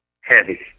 heavy